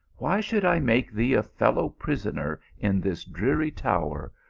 why should i make thee a fellow prisoner in this dreary tower,